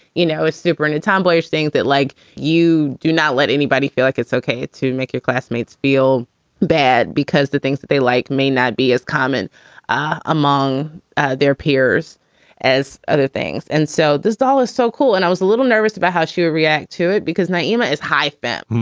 you know, is superintend tomboyish thing that like you do not let anybody feel like it's okay to make your classmates feel bad because the things that they like may not be as common among their peers as other things. and so this doll is so cool. and i was a little nervous about how she would react to it because my ema is high fat.